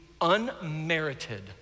unmerited